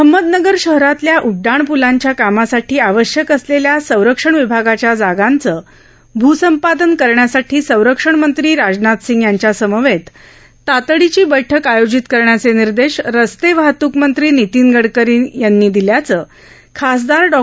अहमदनगर शहरातल्या उड्डाण प्लांच्या कामासाठी आवश्यक असलेल्या संरक्षण विभागाच्या जागांचे भूसंपादन करण्यासाठी संरक्षण मंत्री राजनाथसिंग यांच्या समवेत तातडीची बैठक आयोजित करण्याचे निर्देश रस्ते वाहतूक मंत्री नितीन गडकरी यांनी खासदार डॉ